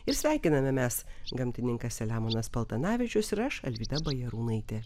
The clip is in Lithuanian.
ir sveikiname mes gamtininkas selemonas paltanavičius ir aš alvyda bajarūnaitė